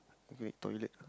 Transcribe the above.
wait toilet